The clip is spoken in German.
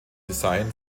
design